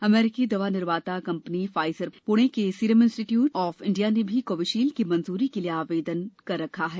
अमरीकी दवा निर्माता कम्पनी फाइजर पुणे के सीरम इंस्टीट्यूट ऑफ इंडिया ने भी कोविशील्ड की मंजूरी के लिए आवेदन कर रखा है